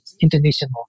international